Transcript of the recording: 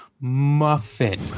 muffin